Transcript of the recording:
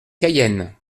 cayenne